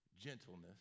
gentleness